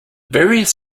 various